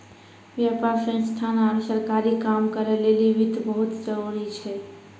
व्यापार संस्थान आरु सरकारी काम करै लेली वित्त बहुत जरुरी छै